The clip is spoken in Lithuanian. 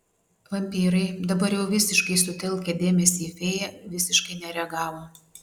vampyrai dabar jau visiškai sutelkę dėmesį į fėją visiškai nereagavo